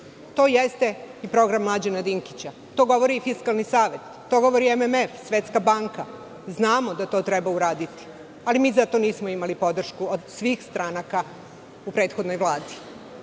To jeste i program Mlađana Dinkića. To govori i Fiskalni savet, to govori MMF, Svetska banka. Znamo da to treba uraditi, ali mi za to nismo imali podršku od svih stranaka u prethodnoj Vladi. Ono